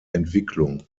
entwicklung